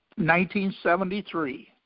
1973